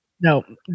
no